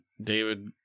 David